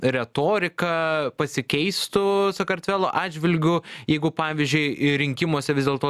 retorika pasikeistų sakartvelo atžvilgiu jeigu pavyzdžiui ir rinkimuose vis dėlto